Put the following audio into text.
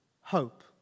hope